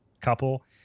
couple